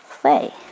play